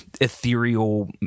ethereal